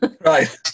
right